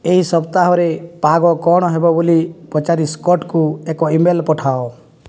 ଏହି ସପ୍ତାହରେ ପାଗ କ'ଣ ହେବ ବୋଲି ପଚାରି ସ୍କଟ୍କୁ ଏକ ଇମେଲ୍ ପଠାଅ